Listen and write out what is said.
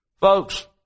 Folks